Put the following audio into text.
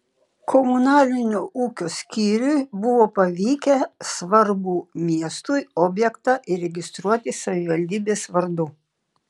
komunalinio ūkio skyriui buvo pavykę svarbų miestui objektą įregistruoti savivaldybės vardu